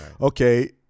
Okay